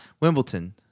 wimbledon